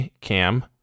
cam